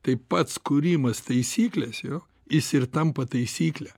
tai pats kūrimas taisyklės jo jis ir tampa taisykle